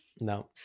No